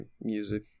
music